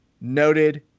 noted